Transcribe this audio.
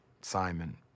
Simon